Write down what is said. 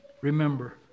remember